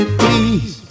please